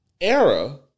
era